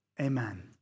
Amen